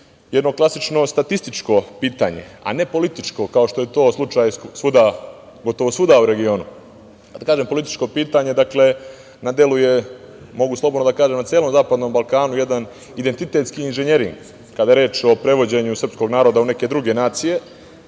jedno klasično statističko pitanje, a ne političko, kao što je to slučaj svuda, gotovo svuda u regionu. Kad kažem političko pitanje, dakle, na delu je, mogu slobodno da kažem na celom Zapadnom Balkanu jedan identitetski inženjering, kada je reč o prevođenju srpskog naroda u neke druge nacije,